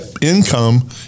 income